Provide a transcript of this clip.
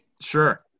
Sure